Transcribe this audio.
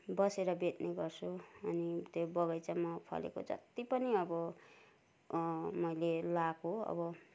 बसेर बेच्ने गर्छु अनि त्यही बगैँचामा फलेको जत्ति पनि अब मैले लगाएको अब